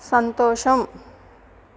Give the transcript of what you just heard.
సంతోషం